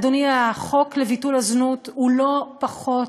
אדוני, החוק לביטול הזנות הוא לא פחות,